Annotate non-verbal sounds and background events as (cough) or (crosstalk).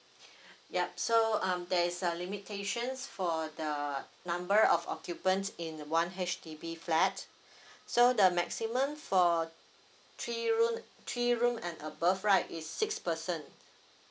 (breath) yup so um there is a limitations for the number of occupants in one H_D_B flat (breath) so the maximum for three room three room and above right is six person